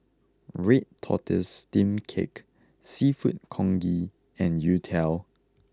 Red Tortoise Steamed Cake Seafood Congee and Youtiao